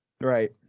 Right